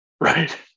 Right